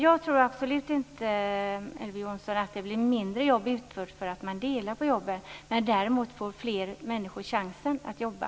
Jag tror absolut inte, Elver Jonsson, att det blir mindre jobb utfört för att man delar på jobben. Däremot får fler människor chansen att jobba.